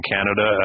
Canada